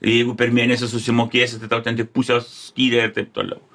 jeigu per mėnesį susimokėsi tai tau ten tik pusę skyrė ir taip toliau